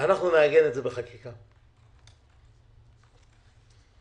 אנחנו נעגן את זה בחקיקה או בתקנות.